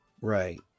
Right